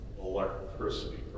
electricity